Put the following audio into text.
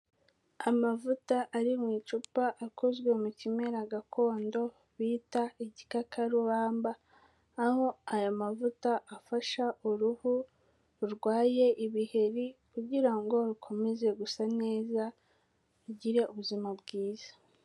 Amavuta ari mu icupa akozwe mu kimera gakondo bita igikakarubamba, aho aya mavuta afasha uruhu rurwaye ibiheri kugira ngo rukomeze gusa neza, rugire ubuzima bwiza.